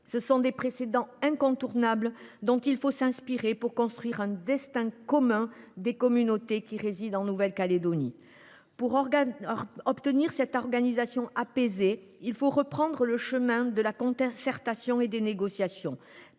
Ce sont des précédents incontournables dont il faut s’inspirer pour bâtir un destin commun des communautés qui résident en Nouvelle Calédonie. Pour obtenir cette situation apaisée, il faut reprendre le chemin de la concertation et des négociations.